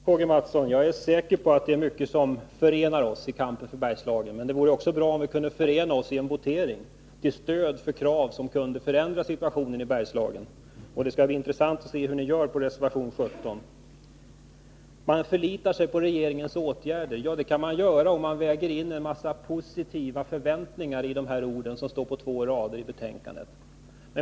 Herr talman! Jag är, Karl-Gustaf Mathsson, säker på att det är mycket som förenar oss i kampen för Bergslagen, men det vore bra om vi kunde förena oss också i en votering till stöd för de krav som kan förändra situationen i Bergslagen. Det skall bli intressant att se hur ni gör vid voteringen om reservation 17. Karl-Gustaf Mathsson förlitar sig på regeringens åtgärder. Ja, det kan man ju göra, om man väger in en mängd positiva förväntningar i de ord som står på två rader i betänkandet.